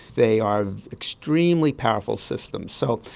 they are extremely powerful systems. so,